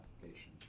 application